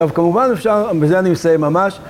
עכשיו כמובן אפשר, ובזה אני מסיים ממש,